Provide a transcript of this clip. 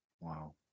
Wow